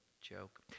joke